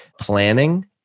planning